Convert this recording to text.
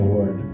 Lord